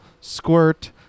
Squirt